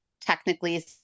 technically